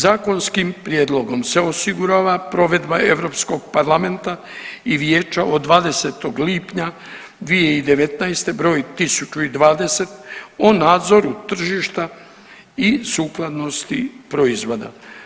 Zakonskim prijedlogom se osigurava provedba Europskog parlamenta i vijeća od 20. lipnja 2019. br. 1020 o nadzoru tržišta i sukladnosti proizvoda.